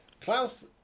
Klaus